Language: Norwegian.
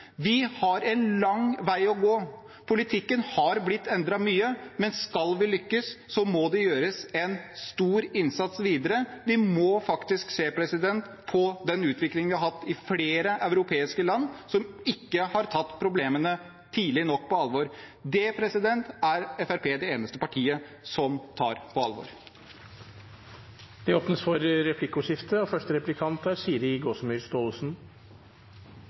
Vi har en lang vei å gå. Politikken har blitt endret mye, men skal vi lykkes, må det gjøres en stor innsats videre. Vi må faktisk se på den utviklingen vi har hatt i flere europeiske land som ikke har tatt problemene på alvor tidlig nok. Det er Fremskrittspartiet det eneste partiet som tar på alvor. Det blir replikkordskifte. Den enkelte innvandrers mulighet til å få seg en jobb og